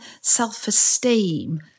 self-esteem